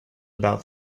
about